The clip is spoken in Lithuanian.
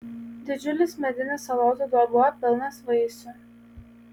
didžiulis medinis salotų dubuo pilnas vaisių